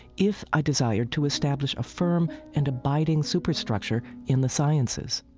if i desired to establish a firm and abiding superstructure in the sciences.